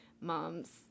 mom's